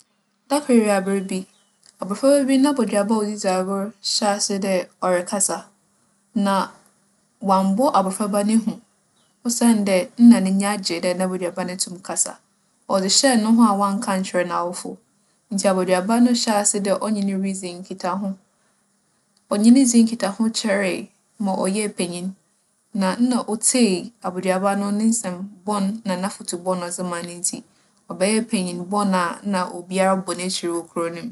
Da kor ewiaber bi, abofraba bi n'aboduaba a ͻdze dzi agor hyɛɛ ase dɛ ͻrekasa. Na ͻammbͻ abofraba no hu, osiandɛ nna n'enyi agye dɛ n'aboduaba no tum kasa. ͻdze hyɛɛ noho a ͻannka annkyerɛ n'awofo. Ntsi aboduaba no hyɛɛ ase dɛ ͻnye no ridzi nkitaho. ͻnye no dzii nkitaho kyɛree ma ͻyɛɛ panyin. Na nna otsie abaduaba no ne nsɛm bͻn na n'afotu bͻn a ͻdze ma no ntsi, ͻbɛyɛɛ panyin bͻn a nna obiara bͻ n'ekyir wͻ kurow no mu.